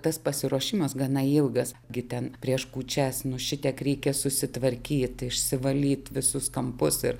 tas pasiruošimas gana ilgas gi ten prieš kūčias nu šitiek reikia susitvarkyt išsivalyt visus kampus ir